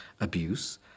abuse